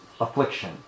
affliction